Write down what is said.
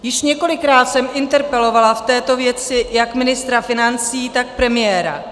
Již několikrát jsem interpelovala v této věci jak ministra financí, tak premiéra.